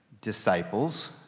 disciples